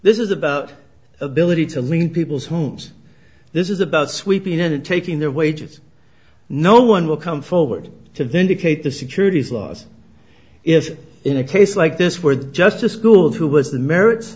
this is about ability to live in people's homes this is about sweeping in and taking their wages no one will come forward to vindicate the securities laws if in a case like this were just a school of who was the merits